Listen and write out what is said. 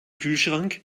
kühlschrank